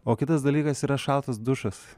o kitas dalykas yra šaltas dušas